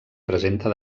presenta